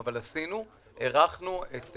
הארכנו,